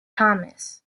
thomas